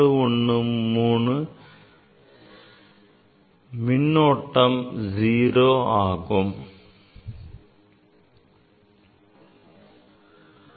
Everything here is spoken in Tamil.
413 மின்னோட்டம் 0